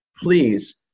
please